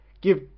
give